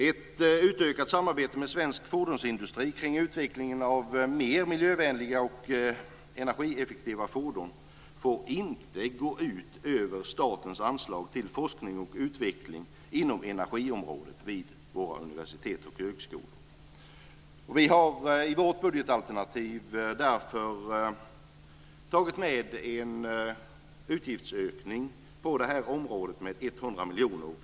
Ett utökat samarbete med svensk fordonsindustri kring utvecklingen av mer miljövänliga och energieffektiva fordon får inte gå ut över statens anslag till forskning och utveckling inom energiområdet vid våra universitet och högskolor. Vi har i vårt budgetalternativ därför tagit med en utgiftsökning på detta område med 100 miljoner.